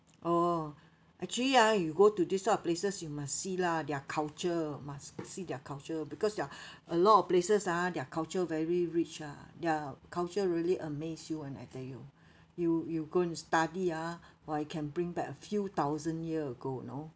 oh actually ah you go to this type of places you must see lah their culture must see their culture because their a lot of places ah their cultural very rich ah their cultural really amaze you [one] I tell you you you go and study ah !wah! it can bring back a few thousand year ago you know